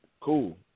Cool